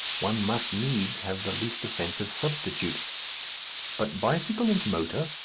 one must needs have the least offensive substitute but bicycle and motor,